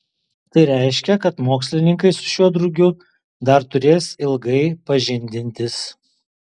tai reiškia kad mokslininkai su šiuo drugiu dar turės ilgai pažindintis